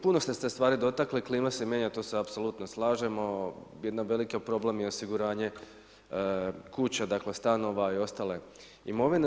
Puno ste se stvari dotakli, klima se mijenja, to se apsolutno slažemo, jedan veliki problem je osiguranje kuća, dakle stanova i ostale imovine.